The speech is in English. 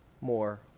more